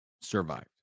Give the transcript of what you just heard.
survived